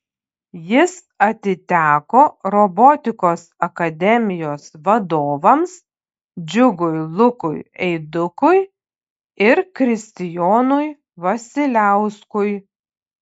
jis atiteko robotikos akademijos vadovams džiugui lukui eidukui ir kristijonui vasiliauskui